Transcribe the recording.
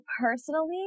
personally